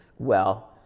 well,